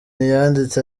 yanditse